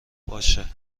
باشه